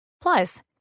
Plus